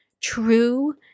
true